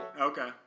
Okay